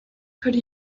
could